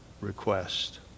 request